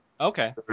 Okay